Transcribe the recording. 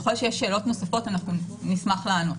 ככל שיש שאלות נוספות, אנחנו נשמח לענות.